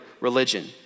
religion